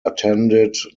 attended